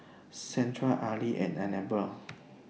Shandra Arly and Anabel